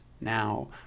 now